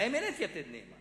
להם אין את "יתד נאמן".